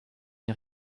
une